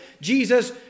Jesus